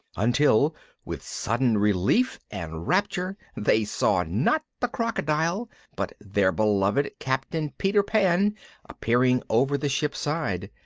until with sudden relief and rapture they saw not the crocodile but their beloved captain peter pan appearing over the ship's side.